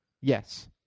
Yes